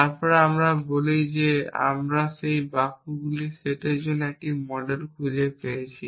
তারপর আমরা বলি যে আমরা সেই বাক্যগুলির সেটের জন্য একটি মডেল খুঁজে পেয়েছি